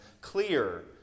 clear